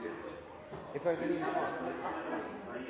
vi i denne